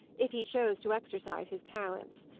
if he chose to exercise his talents.